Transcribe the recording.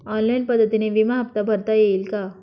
Online पद्धतीने विमा हफ्ता भरता येईल का?